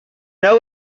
know